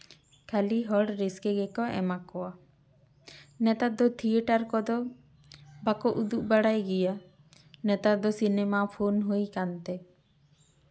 ᱠᱷᱟᱹᱞᱤ ᱦᱚᱲ ᱨᱟᱹᱥᱠᱟᱹ ᱜᱮᱠᱚ ᱮᱢᱟ ᱠᱚᱣᱟ ᱱᱮᱛᱟᱨ ᱫᱚ ᱛᱷᱤᱭᱮᱴᱟᱨ ᱠᱚᱫᱚ ᱵᱟᱠᱚ ᱩᱫᱩᱜ ᱵᱟᱲᱟᱭ ᱜᱮᱭᱟ ᱱᱮᱛᱟᱨ ᱫᱚ ᱥᱤᱱᱮᱢᱟ ᱯᱷᱳᱱ ᱦᱩᱭ ᱠᱟᱱᱛᱮ